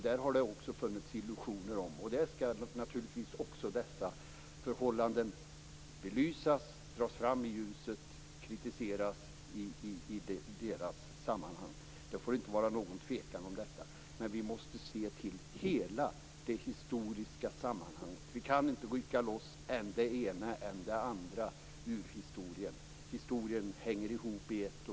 Där har funnits illusioner. Dessa förhållanden skall belysas, dras fram i ljuset och kritiseras i deras sammanhang. Det får inte råda någon tvekan om detta. Vi måste se till hela det historiska sammanhanget. Vi kan inte rycka loss än det ena än det andra ur historien. Historien hänger ihop i ett.